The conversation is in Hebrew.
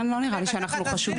לא נראה לי שאנחנו חשודים.